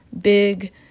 big